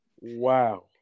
Wow